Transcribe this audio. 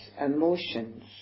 emotions